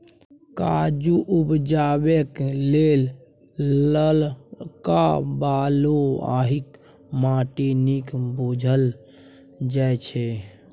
काजु उपजेबाक लेल ललका बलुआही माटि नीक बुझल जाइ छै